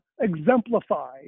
exemplify